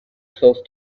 close